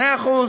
2%,